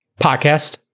podcast